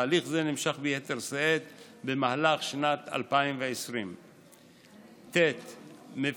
תהליך זה נמשך ביתר שאת במהלך שנת 2020. מבצעים